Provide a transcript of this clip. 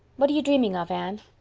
what are you dreaming of, anne?